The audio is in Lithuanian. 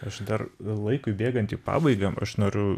aš dar laikui bėgant į pabaigą aš noriu